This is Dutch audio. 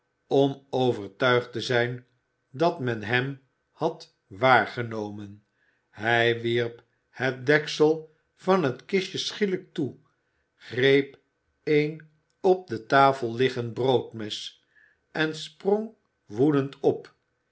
om overtuigd te zijn dat men hem had waargenomen hij wierp het deksel van het kistje schielijk toe greep een op de tafel liggend broodmes en sprong woedend op